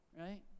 right